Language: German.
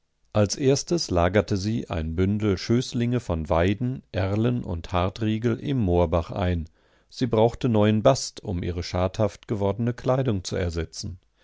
als erstes lagerte sie ein bündel schößlinge von weiden erlen und hartriegel im moorbach ein sie brauchte neuen bast um ihre schadhaft gewordene kleidung zu ersetzen